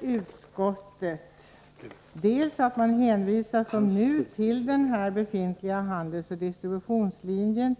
utskottet till den befintliga handelsoch distributionslinjen.